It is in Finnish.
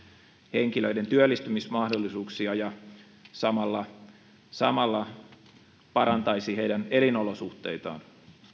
henkilöiden työllistymismahdollisuuksia ja samalla samalla parantaisi heidän elinolosuhteitaan